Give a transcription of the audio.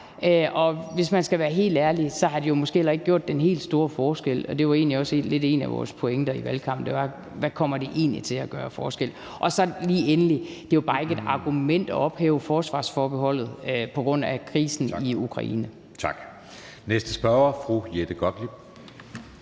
er. Hvis man skal være helt ærlig, har det måske heller ikke gjort den helt store forskel, og det var egentlig også lidt en af vores pointer i valgkampen: Hvad kommer det egentlig til at gøre af forskel? Og endelig er krisen i Ukraine jo ikke et argument for at ophæve forsvarsforbeholdet. Kl. 14:15 Anden næstformand (Jeppe Søe): Tak. Den næste spørger er fru Jette Gottlieb.